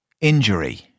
injury